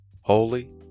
holy